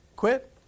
quit